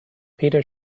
peter